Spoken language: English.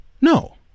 No